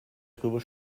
drüber